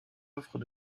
offres